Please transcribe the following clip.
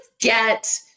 get